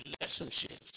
relationships